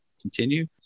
continue